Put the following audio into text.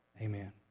amen